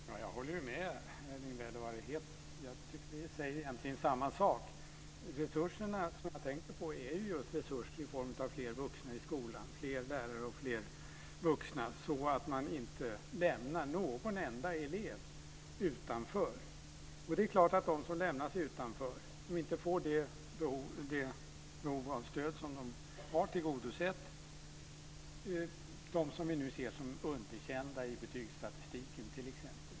Fru talman! Jag håller helt och hållet med Erling Wälivaara. Vi säger egentligen samma sak. De resurser jag tänker på är just resurser i form av fler vuxna i skolan. Det ska vara fler lärare och fler vuxna så att man inte lämnar någon enda elev utanför. De som lämnas utanför och inte får det behov av stöd som de har tillgodosett är t.ex. de som vi nu ser som underkända i betygsstatistiken.